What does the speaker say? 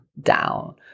down